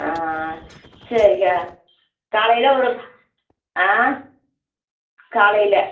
ஆ சரிங்க காலையில் ஒரு ஆ காலையில்